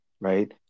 right